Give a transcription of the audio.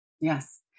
Yes